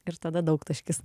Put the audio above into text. ir tada daugtaškis